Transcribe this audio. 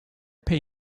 pay